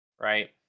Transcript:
right